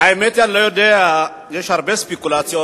האמת היא, אני לא יודע, יש הרבה ספקולציות,